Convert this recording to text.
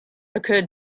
occured